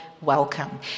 welcome